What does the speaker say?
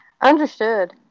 Understood